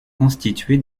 constitué